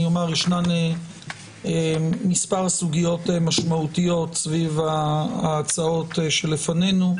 יש מספר סוגיות משמעותיות סביב ההצעות שלפנינו.